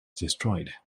destroyed